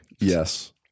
Yes